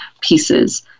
pieces